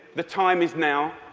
the time is now.